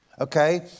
Okay